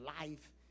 life